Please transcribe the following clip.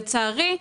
לצערי,